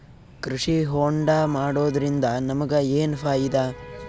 ಕೃಷಿ ಹೋಂಡಾ ಮಾಡೋದ್ರಿಂದ ನಮಗ ಏನ್ ಫಾಯಿದಾ?